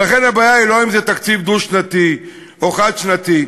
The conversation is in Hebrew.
ולכן הבעיה היא לא אם זה תקציב דו-שנתי או חד-שנתי,